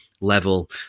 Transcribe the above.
level